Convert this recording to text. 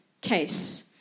case